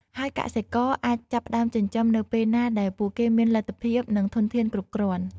ហើយកសិករអាចចាប់ផ្តើមចិញ្ចឹមនៅពេលណាដែលពួកគេមានលទ្ធភាព និងធនធានគ្រប់គ្រាន់។